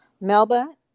Melba